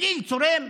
הצליל צורם.